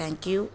thank you